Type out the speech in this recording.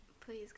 Please